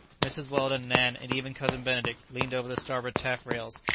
mrs. weldon, nan, and even cousin benedict leaned over the starboard taffrails,